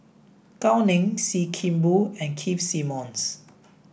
Gao Ning Sim Kee Boon and Keith Simmons